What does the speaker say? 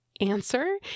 answer